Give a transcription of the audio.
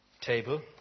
table